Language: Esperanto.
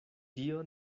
tio